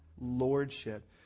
lordship